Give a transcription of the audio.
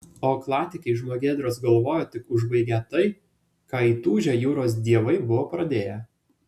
o aklatikiai žmogėdros galvojo tik užbaigią tai ką įtūžę jūros dievai buvo pradėję